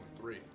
three